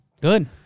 Good